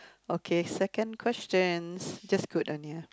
okay second questions just good only ah